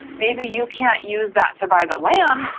maybe you can't use that to buy the land,